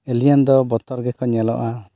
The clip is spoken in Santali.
ᱮᱞᱤᱭᱟᱱ ᱫᱚ ᱵᱚᱛᱚᱨ ᱜᱮᱠᱚ ᱧᱮᱞᱚᱜᱼᱟ